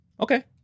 Okay